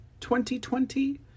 2020